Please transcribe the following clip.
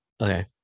okay